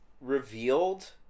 revealed